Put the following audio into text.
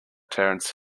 terence